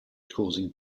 causing